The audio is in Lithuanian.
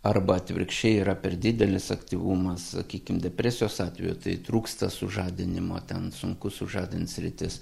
arba atvirkščiai yra per didelis aktyvumas sakykim depresijos atveju tai trūksta sužadinimo ten sunku sužadint sritis